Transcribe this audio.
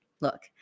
Look